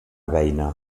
beina